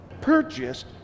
purchased